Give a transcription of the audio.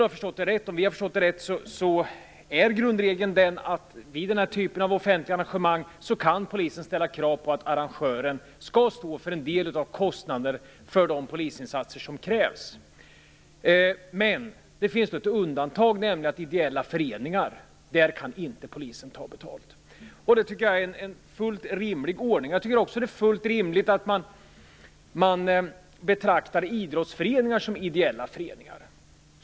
Om vi förstått det hela rätt är grundregeln att polisen vid den här typen av offentliga arrangemang kan ställa krav på att arrangören skall stå för en del av kostnaden för de polisinsatser som krävs. Det finns dock ett undantag. När det gäller ideella föreningar kan polisen nämligen inte ta betalt. Jag tycker att det är en fullt rimlig ordning. Jag tycker också att det är full rimligt att idrottsföreningar betraktas som ideella föreningar.